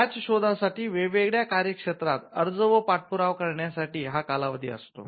त्याच शोधासाठी वेगवेगळ्या कार्यक्षेत्रात अर्ज व पाठपुरावा करण्यासाठी हा कालावधी असतो